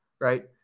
right